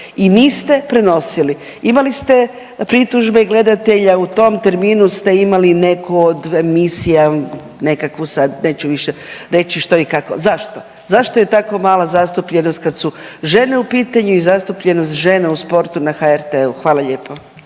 i niste prenosili. Imali ste pritužbe gledatelja u tom terminu ste imali neku od emisija nekakvu sad neću više reći što i kako. Zašto? Zašto je tako mala zastupljenost kad su žene u pitanju i zastupljenost žena u sportu na HRT-u? Hvala lijepo.